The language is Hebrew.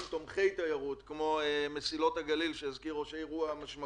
תומכי תיירות כמו "מסילות הגליל" הם המשמעותיים?